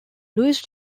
louis